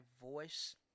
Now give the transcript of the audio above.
voice